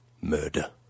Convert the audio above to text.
murder